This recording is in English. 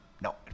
No